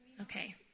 Okay